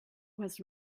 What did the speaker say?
was